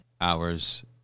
hours